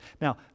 Now